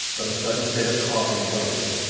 but a sudden fit of coughing choked him.